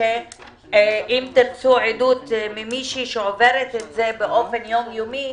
שאם תרצו עדות ממישהי שעוברת את זה באופן יומיומי,